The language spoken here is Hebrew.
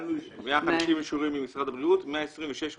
150 אישורים ממשרד הבריאות, 126 עודכנו,